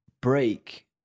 break